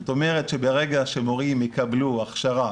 זאת אומרת שברגע שמורים יקבלו הכשרה